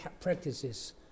practices